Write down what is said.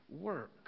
work